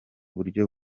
buryo